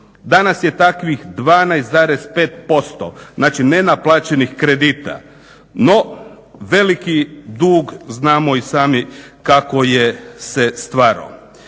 danas je takvih 12,5% znači nenaplaćenih kredita. No, veliki dug znamo i sami kako je se stvarao.